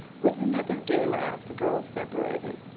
with another gay laugh the girls separated,